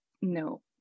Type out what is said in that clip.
no